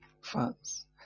fans